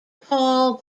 paul